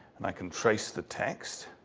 and i can trace the text.